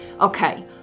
okay